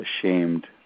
ashamed